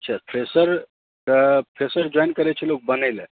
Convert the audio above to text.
fresher तऽ fresher join करै छै बनय लए